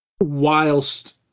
Whilst